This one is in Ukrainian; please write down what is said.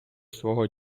свого